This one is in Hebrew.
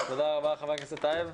תודה רבה חבר הכנסת טייב.